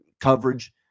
coverage